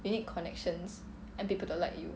you need connections and people to like you